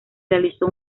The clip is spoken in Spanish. realizó